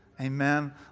Amen